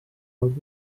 obres